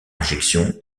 injection